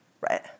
right